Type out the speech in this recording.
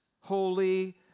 holy